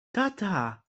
tata